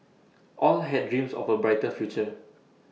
all had dreams of A brighter future